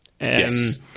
Yes